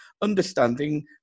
understanding